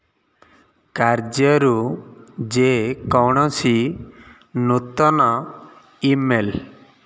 କାର୍ଯ୍ୟରୁ ଯେକୌଣସି ନୂତନ ଇମେଲ୍